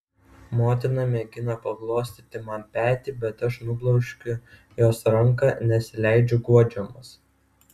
motina mėgina paglostyti man petį bet aš nubloškiu jos ranką nesileidžiu guodžiamas